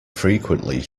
frequently